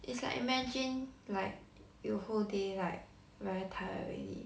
it's like imagine like you whole day lilke very tired already